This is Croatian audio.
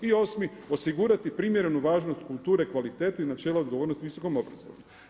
I osmi, osigurati primjerenu važnost kulture kvalitete i načela odgovornosti visokom obrazovanju.